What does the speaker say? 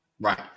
Right